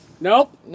Nope